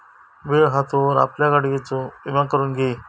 वेळ हा तोवर आपल्या गाडियेचो विमा करून घी